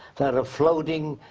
that are floating,